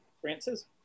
Francis